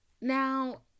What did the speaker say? Now